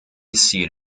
seed